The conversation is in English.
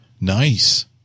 Nice